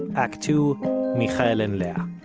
act two michael and leah